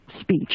speech